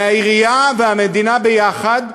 מהעירייה ומהמדינה ביחד,